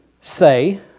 Say